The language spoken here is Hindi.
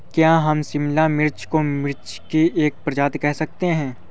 क्या हम शिमला मिर्च को मिर्ची की एक प्रजाति कह सकते हैं?